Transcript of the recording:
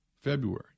February